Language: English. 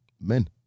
men